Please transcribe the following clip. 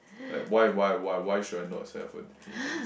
like why why why why should I not sign up for agency